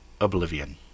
oblivion